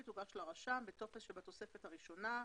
תוגש לרשם בטופס שבתוספת הראשונה,